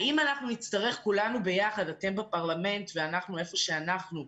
האם אנחנו נצטרך כולנו ביחד - אתם בפרלמנט ואנחנו היכן שאנחנו,